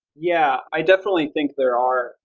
yeah, i definitely think there are.